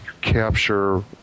capture